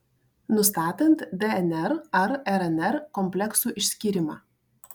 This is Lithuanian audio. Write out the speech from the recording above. nustatant dnr ar rnr kompleksų išskyrimą